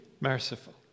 merciful